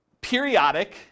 periodic